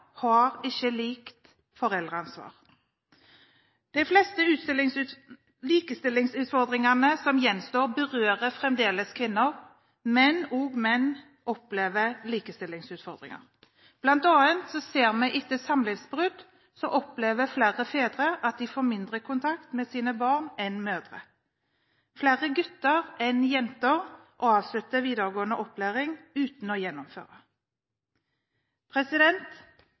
har ikke likt foreldreansvar. De fleste likestillingsutfordringene som gjenstår, berører fremdeles kvinner, men også menn opplever likestillingsutfordringer. Blant annet ser vi at etter samlivsbrudd opplever flere fedre at de får mindre kontakt med sine barn enn mødre gjør. Flere gutter enn jenter avslutter videregående opplæring uten å gjennomføre.